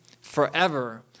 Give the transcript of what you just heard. forever